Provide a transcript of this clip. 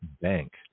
bank